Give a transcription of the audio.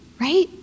right